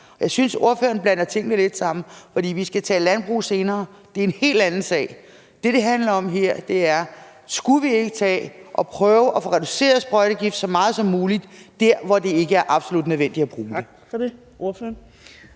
Jeg synes, ordføreren blander tingene lidt sammen. Vi skal tale landbrug senere, og det er en helt anden sag. Det, det handler om her, er: Skulle vi ikke tage og prøve at få reduceret brugen af sprøjtegift så meget som muligt dér, hvor det ikke er absolut nødvendigt